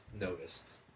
noticed